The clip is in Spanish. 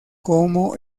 como